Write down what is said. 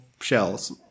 shells